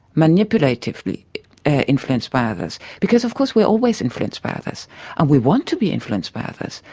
manipulatively ah influenced by others. because of course we're always influenced by others and we want to be influenced by others.